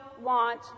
want